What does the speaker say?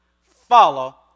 follow